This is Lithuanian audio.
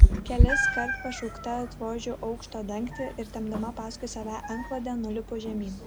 keliskart pašaukta atvožiu aukšto dangtį ir tempdama paskui save antklodę nulipu žemyn